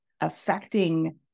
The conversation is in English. affecting